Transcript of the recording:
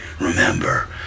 Remember